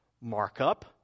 markup